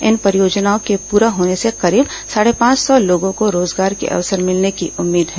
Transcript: इन परियोजनाओं के पूरा होने से करीब साढ़े पांच सौ लोगों को रोजगार के अवसर मिलने की उम्मीद है